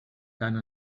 tant